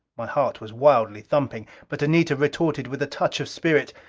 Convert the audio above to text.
my heart was wildly thumping. but anita retorted with a touch of spirit,